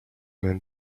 man